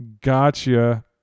Gotcha